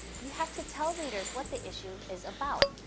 you have to tell readers what the issue is about.